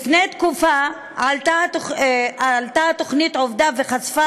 לפני תקופה עלתה התוכנית "עובדה" וחשפה